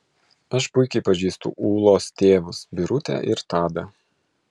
aš puikiai pažįstu ūlos tėvus birutę ir tadą